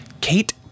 Kate